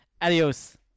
Adios